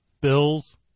Bills